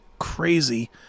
crazy